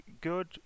good